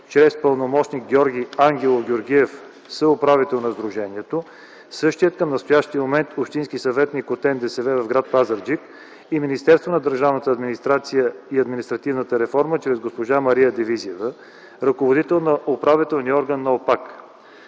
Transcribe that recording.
чрез пълномощник Георги Ангелов Георгиев – съуправител на сдружението, същият към настоящия момент общински съветник от НДСВ в гр. Пазарджик, и Министерството на държавната администрация и административната реформа чрез госпожа Мария Дивизиева – ръководител на управителния орган на ОПАК.